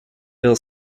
bill